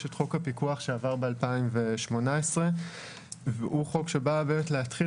יש את חוק הפיקוח שעבר ב-2018 והוא חוק שבא להתחיל